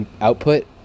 output